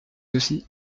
aussi